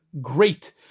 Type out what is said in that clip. great